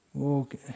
Okay